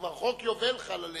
כבר חוק היובל חל עליהם.